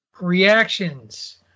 reactions